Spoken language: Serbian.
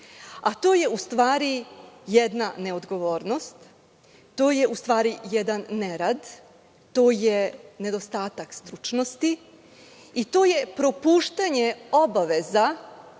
A to je, u stvari, jedna neodgovornost, to je, u stvari, jedan nerad, to je nedostatak stručnosti i to je propuštanje obaveza,